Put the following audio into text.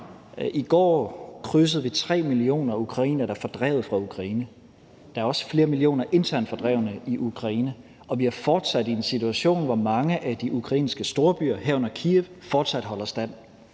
i går krydsede 3 millioner ukrainere, der er fordrevet fra Ukraine. Der er også flere millioner internt fordrevne i Ukraine, og vi er fortsat i en situation, hvor mange af de ukrainske storbyer, herunder Kyiv, holder stand.